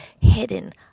hidden